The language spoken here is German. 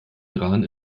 iran